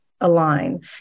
align